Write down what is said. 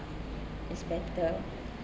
is better